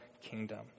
kingdom